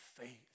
faith